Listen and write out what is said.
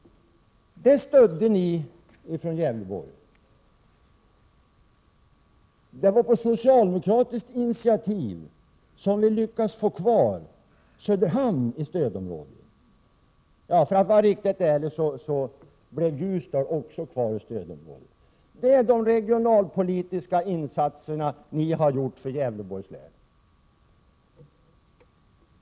Det stödde ni ifrån Gävleborg. Det var på socialdemokratiskt initiativ som vi lyckades behålla Söderhamn i stödområdet. För att vara riktigt ärlig får jag tillägga att även Ljusdal blev kvar i stödområdet. Detta är de regionalpolitiska insatser som ni har gjort för Gävleborgs län.